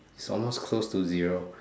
it's almost close to zero